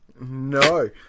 no